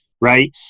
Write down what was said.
right